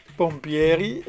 pompieri